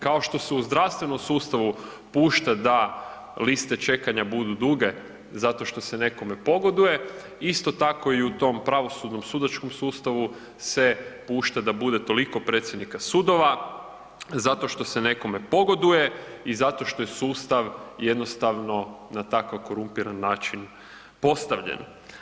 Kao što su u zdravstvenom sustavu pušta da liste čekanja budu duge zato što se nekome pogoduje, isto tako, i u toj pravosudnom sudačkom sustavu se pušta da bude toliko predsjednika sudova zato što se nekome pogoduje i zato što je sustav jednostavno na tako korumpiran način postavljen.